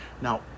Now